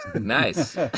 Nice